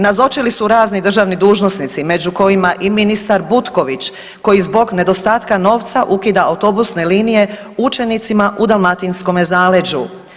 Nazočili su razni državni dužnosnici među kojima i ministar Butković koji zbog nedostatka novca ukida autobusne linije učenicima u dalmatinskome zaleđu.